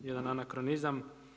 Jedan anakronizam.